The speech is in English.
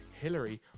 Hillary